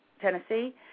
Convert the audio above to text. Tennessee